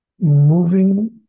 moving